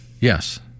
Yes